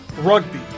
rugby